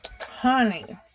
honey